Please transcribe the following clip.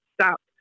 stop